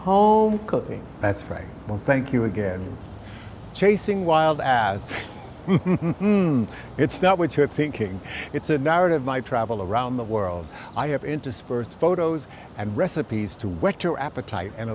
home cooking that's right well thank you again chasing wild as it's not what you're thinking it's a narrative my travel around the world i have interspersed photos and recipes to whet your appetite and